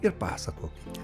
ir pasakokite